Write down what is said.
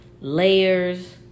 layers